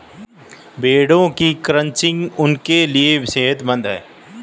भेड़ों की क्रचिंग उनके लिए सेहतमंद है